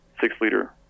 six-liter